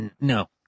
no